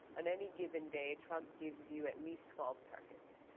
on any given day trump gives you at least twelve targets.